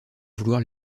vouloir